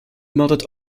melded